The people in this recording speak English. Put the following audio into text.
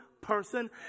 person